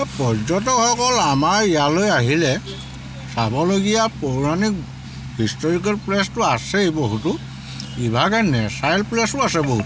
পৰ্যটকসকল আমাৰ ইয়ালৈ আহিলে চাবলগীয়া পৌৰাণিক হিষ্টৰিকেল প্লেচতো আছেই বহুতো ইভাগে নেচাৰেল প্লেচো আছে বহুতো